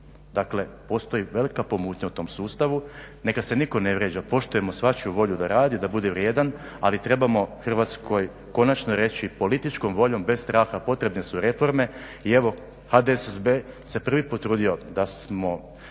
Dakle, postoji velika pomutnja u tom sustavu. Neka se nitko ne vrijeđa, poštujemo svačiju volju da radi, da bude vrijedan ali trebamo Hrvatskoj konačno reći političkom voljom bez straha, potrebne su reforme i evo HDSSB se prvi puta potrudio da smo